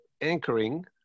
anchoring